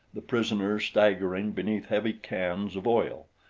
the prisoners staggering beneath heavy cans of oil,